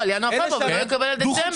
הוא לא יקבל על דצמבר.